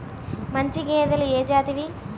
మంచి గేదెలు ఏ జాతివి?